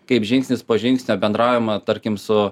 kaip žingsnis po žingsnio bendraujama tarkim su